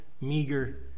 meager